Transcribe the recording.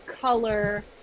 color